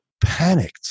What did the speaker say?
panicked